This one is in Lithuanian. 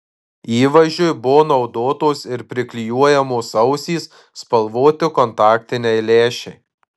įvaizdžiui buvo naudotos ir priklijuojamos ausys spalvoti kontaktiniai lęšiai